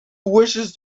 wishes